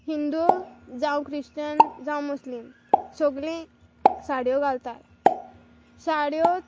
हिंदू जावं क्रिस्टन जावं मुस्लीम सोगलीं साडयो घालता साडयो